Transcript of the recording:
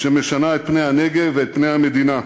שמשנה את פני הנגב ואת פני המדינה.